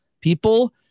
People